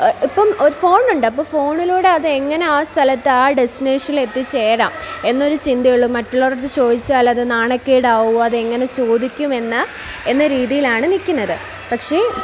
ഇപ്പം ഒരു ഫോൺ ഉണ്ട് അപ്പം ഫോണിലൂടെ അത് എങ്ങനെയാാണ് സ്ഥലത്ത് ആ ഡെസ്റ്റിനേഷനിൽ എത്തിച്ചേരാം എന്നൊരു ചിന്തയെ ഉള്ളു മറ്റുള്ളവരുടെ അടുത്ത് ചോദിച്ചാൽ അത് നാണക്കേടാവുമോ അതെങ്ങനെ ചോദിക്കുമെന്ന എന്ന രീതിയിലാണ് നിൽക്കുന്നത് പക്ഷേ